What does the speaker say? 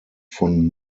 von